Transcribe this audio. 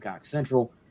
Central